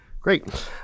Great